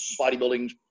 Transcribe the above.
bodybuilding